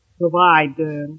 provide